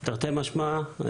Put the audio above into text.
תרתי משמע.